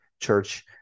church